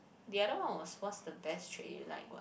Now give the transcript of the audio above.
the other one was what's the best trait you like what